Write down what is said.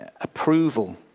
approval